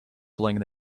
playing